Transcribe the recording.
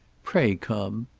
pray come.